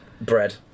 Bread